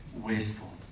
wasteful